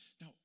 Now